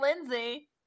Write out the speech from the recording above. Lindsay